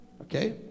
okay